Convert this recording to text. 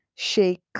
shake